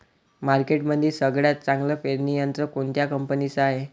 मार्केटमंदी सगळ्यात चांगलं पेरणी यंत्र कोनत्या कंपनीचं हाये?